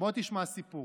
בוא תשמע סיפור,